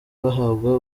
bahabwa